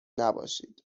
نباشید